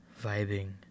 vibing